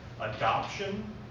Adoption